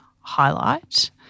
highlight